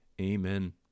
amen